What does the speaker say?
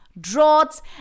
droughts